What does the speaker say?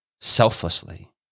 selflessly